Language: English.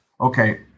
okay